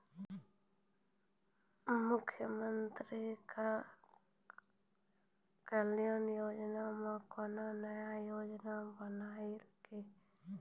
मुख्यमंत्री कल्याण योजना मे कोनो नया योजना बानी की?